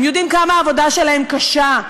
יודעים כמה העבודה שלהם קשה.